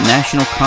National